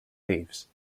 leaves